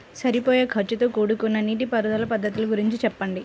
సరిపోయే ఖర్చుతో కూడుకున్న నీటిపారుదల పద్ధతుల గురించి చెప్పండి?